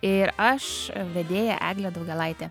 ir aš vedėja eglė daugėlaitė